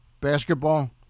Basketball